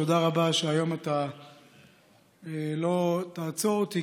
תודה רבה שהיום אתה לא תעצור אותי,